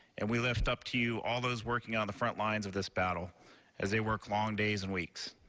and we lift up to you all those working on the frontlines of this battle as they work long days and weeks.